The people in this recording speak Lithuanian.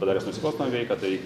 padaręs nusikalstamą veiką tai